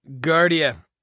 Guardia